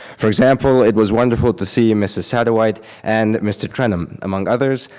for example, it was wonderful to see and mrs. saderwhite and mr. krenum, among others,